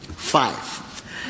Five